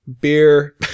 beer